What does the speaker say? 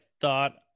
thought